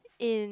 in